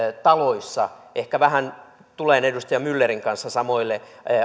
samassa talossa ehkä vähän tulen edustaja myllerin kanssa samoille